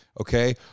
Okay